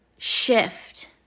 shift